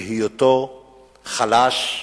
בהיותו חלש,